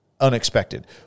unexpected